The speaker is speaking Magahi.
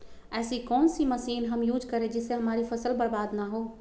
ऐसी कौन सी मशीन हम यूज करें जिससे हमारी फसल बर्बाद ना हो?